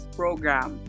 program